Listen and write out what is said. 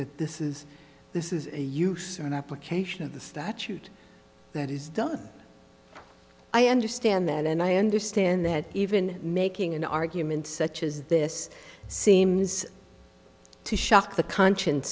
that this is this is a use or an application of the statute that is done i understand that and i understand that even making an argument such as this seems to shock the conscience